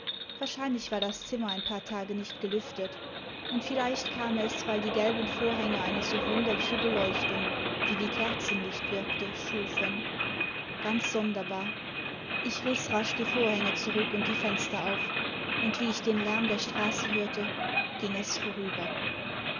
wahrscheinlich war das zimmer ein paar tage nicht gelüftet und vielleicht kam es weil die gelben vorhänge eine so wunderliche beleuchtung die wie kerzenlicht wirkte schufen ganz sonderbar ich riß rasch die vorhänge zurück und die fenster auf und wie ich den lärm der straße hörte ging es vorüber